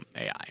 AI